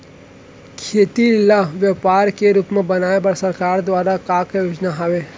खेती ल व्यापार के रूप बनाये बर सरकार दुवारा का का योजना हे?